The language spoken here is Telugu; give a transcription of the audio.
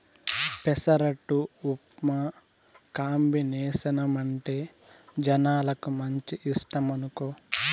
పెసరట్టు ఉప్మా కాంబినేసనంటే జనాలకు మంచి ఇష్టమనుకో